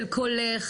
של קולך,